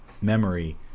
memory